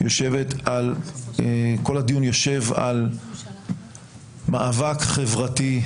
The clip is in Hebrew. כל הדיון יושב על מאבק חברתי,